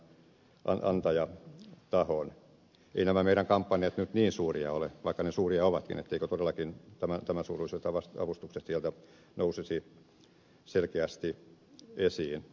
eivät nämä meidän kampanjamme nyt niin suuria ole vaikka ne suuria ovatkin etteivätkö todellakin tämän suuruiset avustukset sieltä nousisi selkeästi esiin